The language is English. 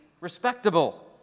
respectable